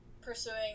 pursuing